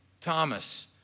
Thomas